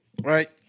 right